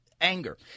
anger